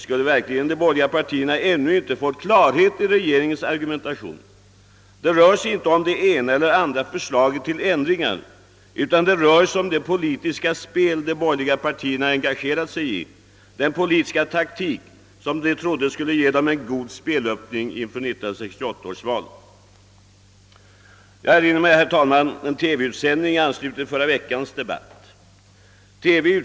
Skulle verkligen de borgerliga partierna inte ännu fått klarhet i regeringens argumentation? Det rör sig inte om det ena eller andra förslaget till ändringar, utan det rör sig om det politiska spel de borgerliga partierna engagerat sig i, den politiska taktik som de trodde skulle ge dem en god spelöppning inför 1968 års val. Jag erinrar mig, herr talman, en TV utsändning i anslutning till förra vec kans debatt om denna fråga.